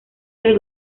del